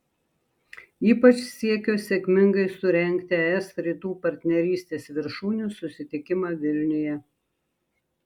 ypač siekio sėkmingai surengti es rytų partnerystės viršūnių susitikimą vilniuje